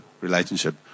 relationship